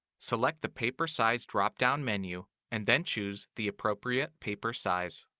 select the paper size drop-down menu, and then choose the appropriate paper size.